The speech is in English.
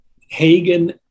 Hagen